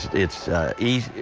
it's easy,